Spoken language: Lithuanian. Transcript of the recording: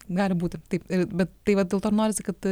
gali būti ir taip ir bet tai vat ir dėl to ir norisi kad